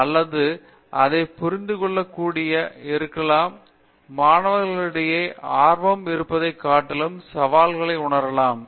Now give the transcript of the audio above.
பேராசிரியர் பிரதாப் ஹரிதாஸ் அல்லது அதைப் புரிந்து கொள்ளக்கூடியதாக இருக்கலாம் மாணவர்களிடையே ஆர்வம் இருப்பதைக் காட்டிலும் சவால்களை உணரலாம்